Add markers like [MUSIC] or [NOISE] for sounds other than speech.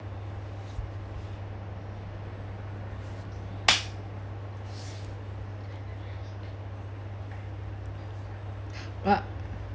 [NOISE] uh